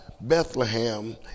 Bethlehem